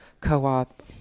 co-op